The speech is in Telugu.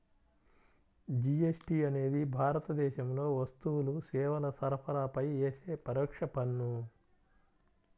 జీఎస్టీ అనేది భారతదేశంలో వస్తువులు, సేవల సరఫరాపై యేసే పరోక్ష పన్ను